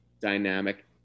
dynamic